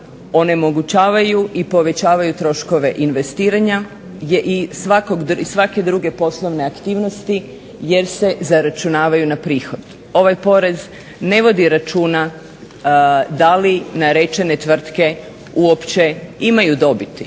onemogućavaju i povećavaju troškove investiranja i svake druge poslovne aktivnosti jer se zaračunavaju na prihod. Ovaj porez ne vodi računa da li na rečene tvrtke uopće imaju dobiti,